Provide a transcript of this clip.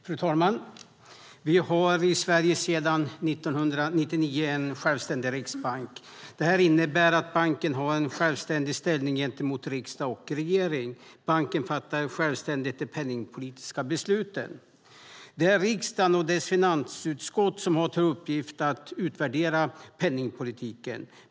Fru talman! Vi har i Sverige sedan 1999 en självständig riksbank. Det innebär att banken har en självständig ställning gentemot riksdag och regering. Banken fattar självständigt de penningpolitiska besluten. Det är riksdagen och dess finansutskott som har till uppgift att utvärdera penningpolitiken.